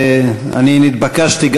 נתבקשתי,